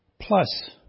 Plus